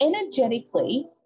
energetically